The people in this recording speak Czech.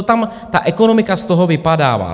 Tam ta ekonomika z toho vypadává.